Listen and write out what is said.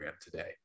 today